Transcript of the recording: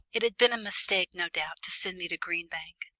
it had been a mistake, no doubt, to send me to green bank,